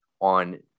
on